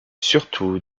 surtout